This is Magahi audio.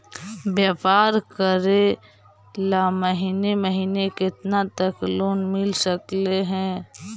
व्यापार करेल महिने महिने केतना तक लोन मिल सकले हे?